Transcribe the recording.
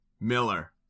Miller